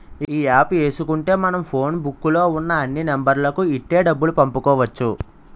ఈ యాప్ ఏసుకుంటే మనం ఫోన్ బుక్కు లో ఉన్న అన్ని నెంబర్లకు ఇట్టే డబ్బులు పంపుకోవచ్చు